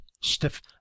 stiff